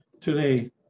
today